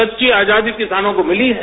सच्ची आजादी किसानों को मिली है